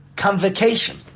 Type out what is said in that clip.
Convocation